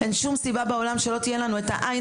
אין שום סיבה בעולם שלא תהיה לנו את העין